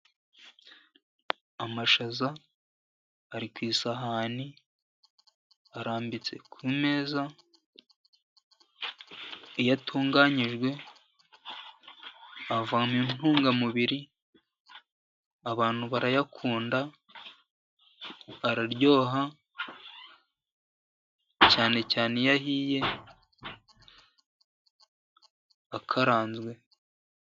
Amashaza ari ku isahani, arambitse ku meza, iyo atunganyijwe avamo intungamubiri. Abantu barayakunda, araryoha cyane cyane iyo ahiye akaranzwe.